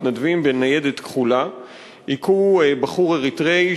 ארבעה מתנדבים בניידת כחולה הכו בחור אריתריאי